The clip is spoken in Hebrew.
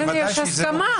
הרי יש הסכמה.